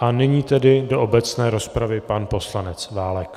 A nyní do obecné rozpravy pan poslanec Válek.